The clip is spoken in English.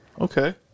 Okay